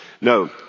No